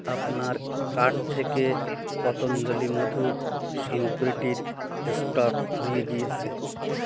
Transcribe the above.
আপনার কার্ট থেকে পতঞ্জলি মধু সামগ্রীটির স্টক ফুরিয়ে গিয়েছে